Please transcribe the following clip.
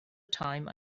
time